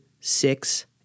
six